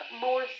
more